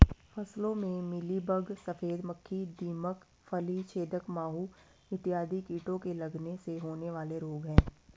फसलों में मिलीबग, सफेद मक्खी, दीमक, फली छेदक माहू इत्यादि कीटों के लगने से होने वाले रोग हैं